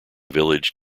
village